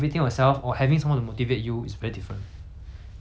that's why 我的原则很很不同